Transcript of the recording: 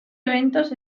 eventos